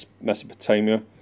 Mesopotamia